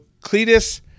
Cletus